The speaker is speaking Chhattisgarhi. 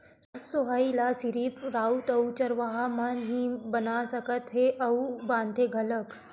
सोहई ल सिरिफ राउत या चरवाहा मन ही बना सकथे अउ बनाथे घलोक